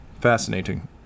Fascinating